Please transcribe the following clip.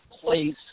place